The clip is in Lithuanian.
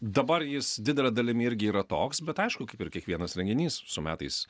dabar jis didele dalimi irgi yra toks bet aišku kaip ir kiekvienas renginys su metais